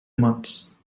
months